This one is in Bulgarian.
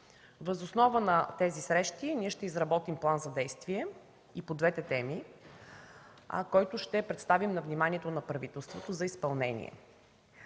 Въз основа на тези срещи ще изработим план за действие и по двете теми, който ще представим на вниманието на правителството за изпълнение.